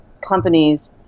companies